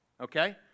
okay